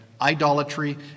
idolatry